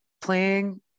playing